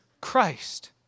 Christ